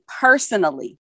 personally